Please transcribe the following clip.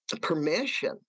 permission